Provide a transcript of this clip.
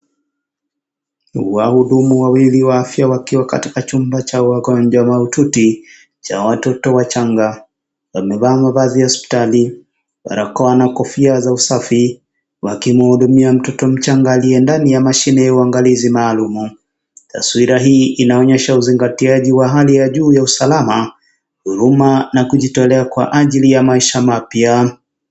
Wahudumu wawili wa afya wakiwa katika chumba cha wagonjwa mahututi cha watoto wachanga. Wamevaa nguo za hospitali, barakoa na kofia za usafi wakimhudumia mtoto mchanga aliye ndani ya mashini ya uangalizi maalum. Taswira hii inaonyesha uzingatiaji wa Hali ya juu ya usalama, dhuluma na kujitolea kwa ajili ya maisha mapya.